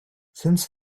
since